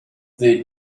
they